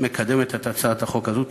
שמקדמת את הצעת החוק הזאת.